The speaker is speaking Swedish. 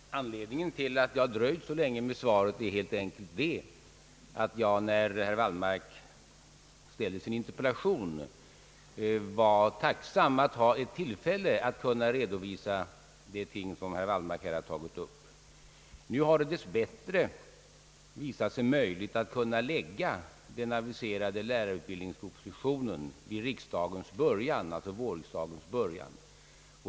Herr talman! Anledningen till att jag dröjt så länge med svaret är helt enkelt den att jag, när herr Wallmark framställde sin interpellation, var tacksam att få ett tillfälle att redovisa de ting som herr Wallmark här tagit upp. Nu har det dessbättre visat sig möjligt att kunna framlägga den aviserade lärarutbildningspropositionen vid vårriksdagens början.